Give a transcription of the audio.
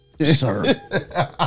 Sir